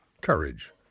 courage